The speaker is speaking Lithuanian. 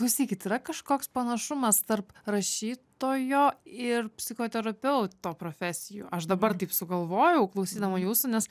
klausykit yra kažkoks panašumas tarp rašytojo ir psichoterapeuto profesijų aš dabar taip sugalvojau klausydama jūsų nes